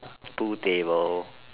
two table